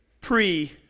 pre